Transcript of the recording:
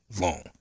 long